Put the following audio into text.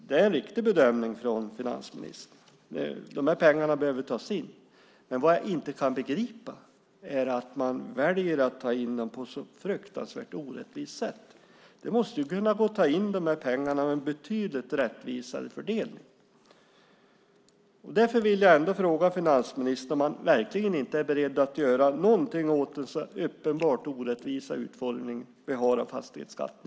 Det är en riktig bedömning av finansministern. Pengarna behöver tas in. Men vad jag inte kan begripa är att man väljer att ta in dem på ett så fruktansvärt orättvist sätt. Det måste ju gå att ta in pengarna med en betydligt rättvisare fördelning. Jag vill därför fråga finansministern om han verkligen inte är beredd att göra någonting åt den uppenbart orättvisa utformning vi har av fastighetsskatten.